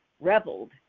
reveled